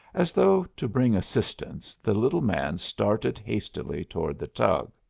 as though to bring assistance, the little man started hastily toward the tug.